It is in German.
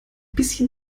bisschen